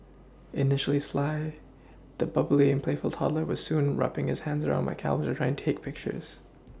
initially sly the bubbly and playful toddler was soon wrapPing his hands round my camera to try to take pictures